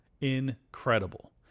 Incredible